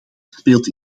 speelt